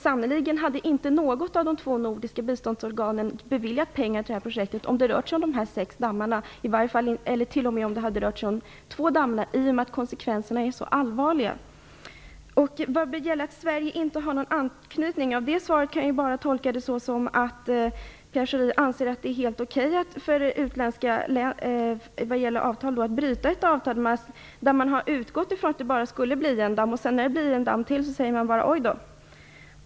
Sannolikt hade inte något av de två nordiska biståndsorganen beviljat pengar till detta projekt om det hade rört sig om sex dammar, inte ens om det hade rört sig om två dammar, i och med att konsekvenserna är så allvarliga. Pierre Schori säger att Sverige inte har någon anknytning till Ralco, och det kan jag bara tolka så att han anser att det är helt OK att bryta avtal. Man har utgått från att det skulle bli bara en damm, och när det blir en damm till säger man bara "oj då".